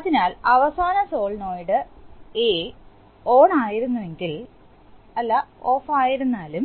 അതിനാൽ അവസാന solenoid A ഓണായിരുന്നുവെങ്കിൽ അല്ല ഓഫ് ആയിരുന്നാലും